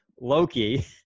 Loki